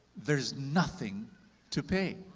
there's nothing to pay.